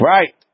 Right